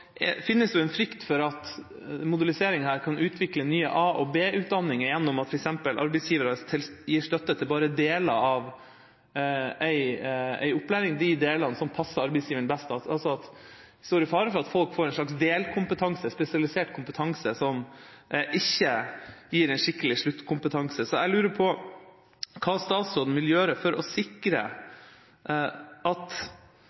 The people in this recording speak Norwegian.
Samtidig finnes det en frykt for at modulisering kan utvikle nye A- og B-utdanninger gjennom at f.eks. arbeidsgiver gir støtte til bare deler av en opplæring – de delene som passer arbeidsgiveren best. Det er altså fare for at folk får en slags delkompetanse, en spesialisert kompetanse, som ikke gir en skikkelig sluttkompetanse. Jeg lurer på hva statsråden vil gjøre for å sikre at